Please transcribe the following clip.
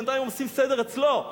בינתיים הם עושים סדר אצלו.